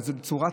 וזה בצורת,